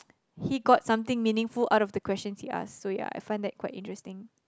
he got something meaningful out of the questions he asked so ya I find that quite interesting